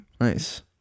Nice